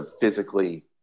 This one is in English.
physically